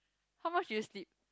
how much do you sleep